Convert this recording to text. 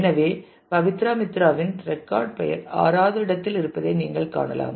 எனவே பபித்ரா மித்ராவின் ரெக்கார்ட் பெயர் 6 வது இடத்தில் இருப்பதை நீங்கள் காணலாம்